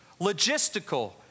logistical